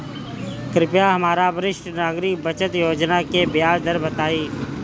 कृपया हमरा वरिष्ठ नागरिक बचत योजना के ब्याज दर बताइं